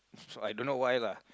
so I don't know why lah